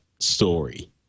story